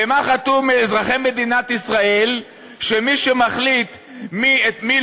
במה חטאו אזרחי מדינת ישראל שמי שמחליט מי